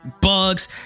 bugs